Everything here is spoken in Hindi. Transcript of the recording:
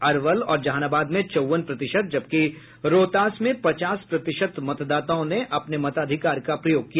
अरवल और जहानाबाद में चौवन प्रतिशत जबकि रोहतास में पचास प्रतिशत मतदाताओं ने अपने मताधिकार का प्रयोग किया